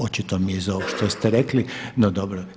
Očito mi je iz ovog što ste rekli, no dobro.